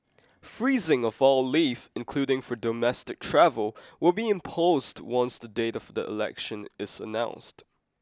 freezing of all leave including for domestic travel will be imposed once the date of the election is announced